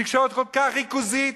תקשורת כל כך ריכוזית.